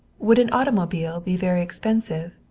would an automobile be very expensive?